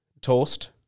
Toast